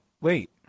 wait